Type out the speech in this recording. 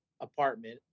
apartment